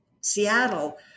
Seattle